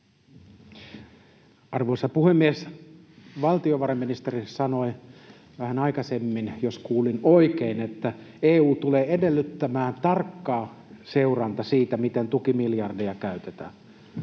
Arvoisa puhemies! Valtiovarainministeri sanoi vähän aikaisemmin, jos kuulin oikein, että EU tulee edellyttämään tarkkaa seurantaa siitä, miten tukimiljardeja käytetään.